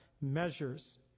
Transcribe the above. measures